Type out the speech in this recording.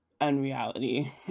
unreality